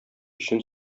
өчен